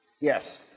Yes